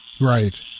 Right